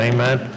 Amen